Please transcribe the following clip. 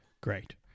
Great